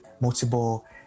multiple